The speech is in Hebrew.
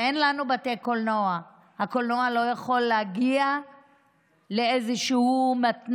אני רוצה להגיד עוד מילה אחת,